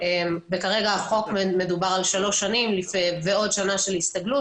כרגע החוק מדובר על שלוש שנים ועוד שנה של הסתגלות